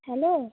hello